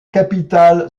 capitale